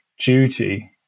duty